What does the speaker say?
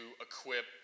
equip